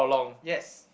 yes